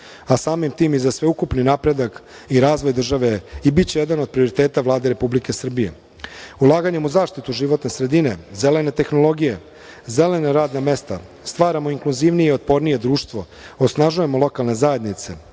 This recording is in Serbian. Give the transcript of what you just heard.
a samim tim i za sveukupni napredak i razvoj države i biće jedan od prioriteta Vlade Republike Srbije. Ulaganjem u zaštitu životne sredine, zelene tehnologije, zelena radna mesta, stvaramo inkluzivnije, otpornije društvo, osnažujemo lokalne zajednice,